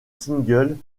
singles